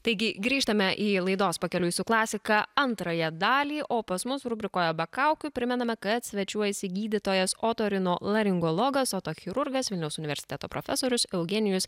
taigi grįžtame į laidos pakeliui su klasika antrąją dalį o pas mus rubrikoje be kaukių primename kad svečiuojasi gydytojas otorinolaringologas otochirurgas vilniaus universiteto profesorius eugenijus